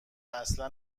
اصلا